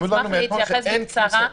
אני אשמח להתייחס בקצרה.